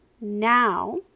Now